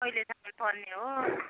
कहिलेसम्म पर्ने हो